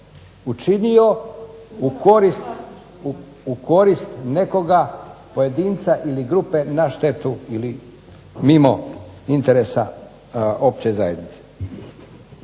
učinio u korist nekoga pojedinca ili grupe na štetu ili mimo interesa opće zajednice.